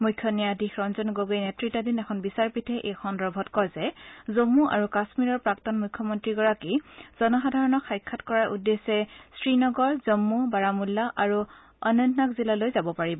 মুখ্য ন্যায়াধীশ ৰঞ্জন গগৈ নেত্ৰতাধীন এখন বিচাৰপীঠে এই সন্দৰ্ভত কয় যে জম্মু আৰু কাশ্মীৰৰ প্ৰাক্তন মুখ্যমন্ত্ৰীগৰাকী জনসাধাৰণক সাক্ষাৎ কৰাৰ উদ্দেশ্যে শ্ৰীনগৰ জম্মু বাৰামুল্লা আৰু অনন্তনাগ জিলালৈ যাব পাৰিব